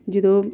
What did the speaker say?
ਜਦੋਂ